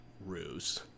ruse